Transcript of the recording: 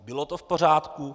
Bylo to v pořádku?